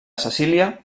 cecília